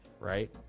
right